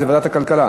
אז זה ועדת הכלכלה.